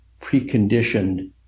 preconditioned